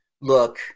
look